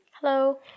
Hello